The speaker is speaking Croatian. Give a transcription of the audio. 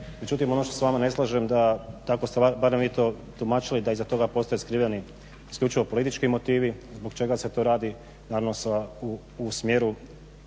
Međutim, ono što se sa vama ne slažem da tako ste barem vi to tumačili da iza toga postoje skriveni isključivo politički motivi zbog čega se to radi naravno u smjeru